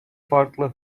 farklı